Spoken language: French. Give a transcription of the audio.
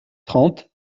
trente